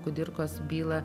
kudirkos bylą